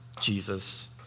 Jesus